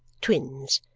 twins.